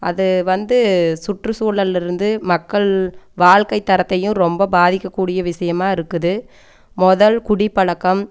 அது வந்து சுற்றுச்சூழல்லிருந்து மக்கள் வாழ்க்கைத் தரத்தையும் ரொம்ப பாதிக்கக்கூடிய விஷயமா இருக்குது முதல் குடிப்பழக்கம்